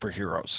superheroes